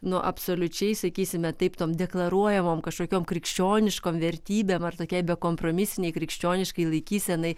nuo absoliučiai sakysime taip tom deklaruojamom kažkokiom krikščioniškom vertybėm ar tokiai bekompromisinei krikščioniškai laikysenai